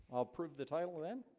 i'll prove the title then